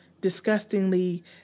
disgustingly